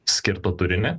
skirto turinį